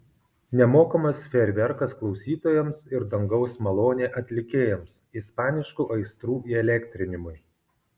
nemokamas fejerverkas klausytojams ir dangaus malonė atlikėjams ispaniškų aistrų įelektrinimui